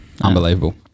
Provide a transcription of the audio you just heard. Unbelievable